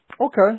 Okay